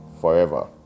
forever